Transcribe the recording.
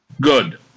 Good